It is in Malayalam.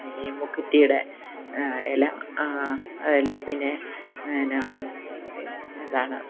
ഈ മുക്കുറ്റിയുടെ ഇല അതല്ലേ പിന്നെ പിന്നെ എന്താണ്